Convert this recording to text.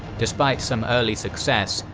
despite some early success,